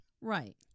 Right